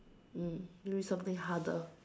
mm give me something harder